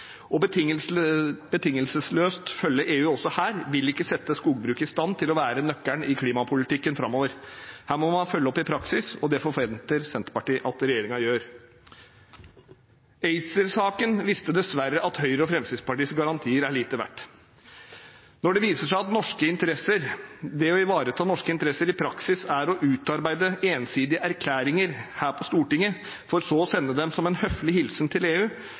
EU betingelsesløst – også her – vil ikke sette skogbruket i stand til å være nøkkelen i klimapolitikken framover. Her må man følge opp i praksis, og det forventer Senterpartiet at regjeringen gjør. ACER-saken viste dessverre at Høyre og Fremskrittspartiets garantier er lite verdt. Når det viser seg at det å ivareta norske interesser i praksis er å utarbeide ensidige erklæringer her på Stortinget, for så å sende dem som en høflig hilsen til EU,